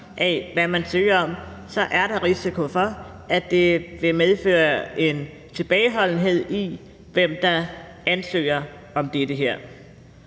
i det, man søger om, så er der risiko for, at det vil medføre en tilbageholdenhed, i forhold til hvem der ansøger om det her.